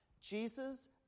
Jesus